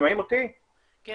אני